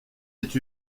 autres